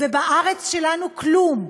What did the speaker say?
ובארץ שלנו כלום.